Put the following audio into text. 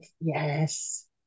yes